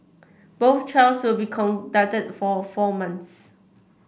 both trials will be conducted for four months